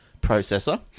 processor